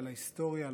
על ההיסטוריה,